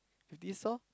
fifty stalls